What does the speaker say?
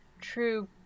true